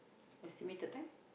estimate the time